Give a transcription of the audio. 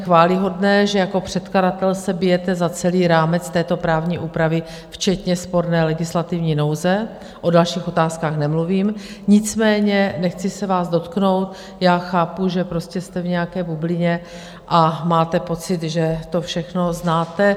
Je samozřejmě chvályhodné, že jako předkladatel se bijete za celý rámec této právní úpravy včetně sporné legislativní nouze, o dalších otázkách nemluvím, nicméně nechci se vás dotknout, já chápu, že jste v nějaké bublině a máte pocit, že to všechno znáte.